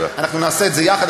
אנחנו נעשה את זה יחד,